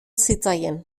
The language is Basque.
zitzaien